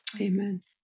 amen